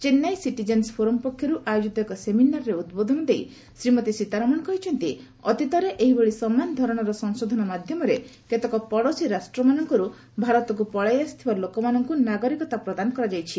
Chennai citizen forum ପକ୍ଷରୁ ଆୟୋଜିତ ଏକ ସେମିନାରରେ ଉଦ୍ବୋଧନ ଦେଇ ଶ୍ରୀମତୀ ସୀତାରମଣ କହିଛନ୍ତି ଅତୀତରେ ଏହିଭଳି ସମାନ ଧରଣର ସଂଶୋଧନ ମାଧ୍ୟମରେ କେତେକ ପଡୋଶୀ ରାଷ୍ଟ୍ରମାନଙ୍କରୁ ଭାରତକୁ ପଳାଇ ଆସିଥିବା ଲୋକମାନଙ୍କୁ ନାଗରିକତା ପ୍ରଦାନ କରାଯାଇଛି